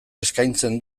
eskaintzen